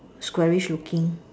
squarish looking